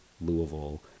Louisville